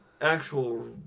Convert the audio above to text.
actual